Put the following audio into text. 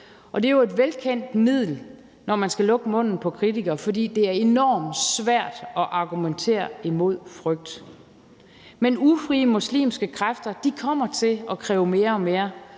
og det er jo et velkendt middel, når man skal lukke munden på kritikere, for det er enormt svært at argumentere imod frygt. Men ufrie muslimske kræfter kommer til at kræve mere og mere,